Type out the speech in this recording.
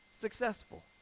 successful